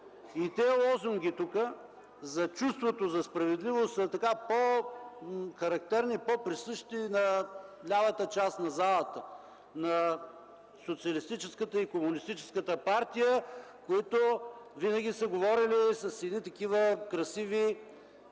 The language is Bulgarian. Тези лозунги за чувството за справедливост са по-характерни, по-присъщи на лявата част на залата – на Социалистическата и Комунистическата партия, които винаги са говорили с едни такива красиви,